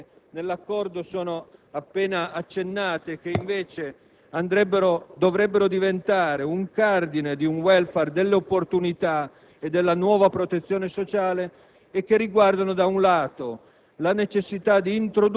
Vi sono due parti, nell'accordo appena accennate, che dovrebbero diventare il cardine di un*welfare* dell'opportunità e della nuova protezione sociale. Esse riguardano, da un lato,